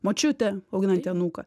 močiutė auginanti anūką